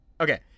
Okay